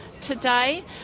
today